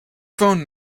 phone